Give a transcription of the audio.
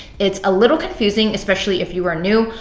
it's a little confusing especially if you are new.